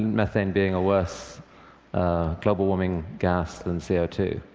methane being a worse global warming gas than c o two?